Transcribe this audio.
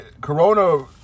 Corona